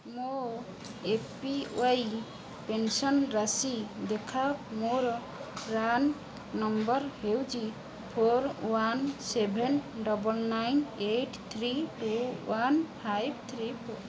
ମୋ A P Y pension ରାଶି ଦେଖାଅ ମୋର ପ୍ରାନ୍ ନମ୍ବର୍ ହେଉଛି four one seven double nine eight three two one five three four